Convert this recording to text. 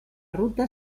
ruta